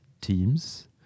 teams